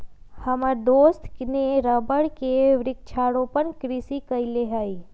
हमर दोस्त ने रबर के वृक्षारोपण कृषि कईले हई